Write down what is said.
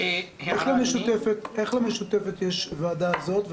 איך למשותפת יש ועדה הזאת?